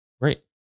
Great